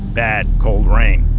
bad, cold rain.